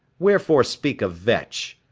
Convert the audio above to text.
wherefore speak of vetch?